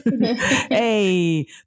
Hey